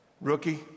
rookie